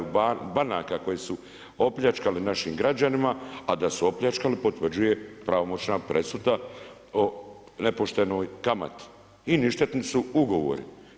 U banaka koje su opljačkale naše građane, a da su opljačkali potvrđuje pravomoćna presuda o nepoštenoj kamati i ništetni su ugovori.